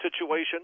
situation